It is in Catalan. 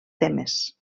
temes